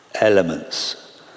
elements